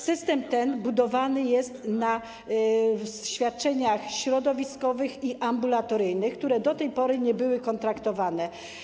System ten budowany jest na świadczeniach środowiskowych i ambulatoryjnych, które do tej pory nie były kontraktowane.